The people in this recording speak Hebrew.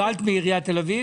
--- מעיריית תל אביב?